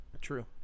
true